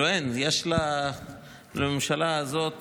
לממשלה הזאת